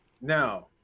Now